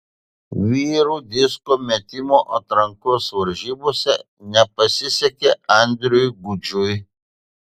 vyrų disko metimo atrankos varžybose nepasisekė andriui gudžiui